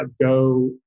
go